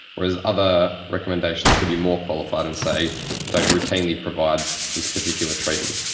whereas other recommendations could be more qualified and say don't routinely provide this particular treatment.